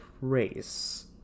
race